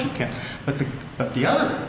you can't but the but the other